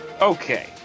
okay